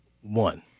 one